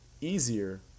easier